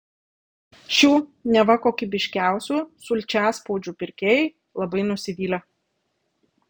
šių neva kokybiškiausių sulčiaspaudžių pirkėjai labai nusivylę